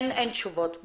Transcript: אין תשובות,